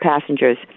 passengers